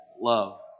love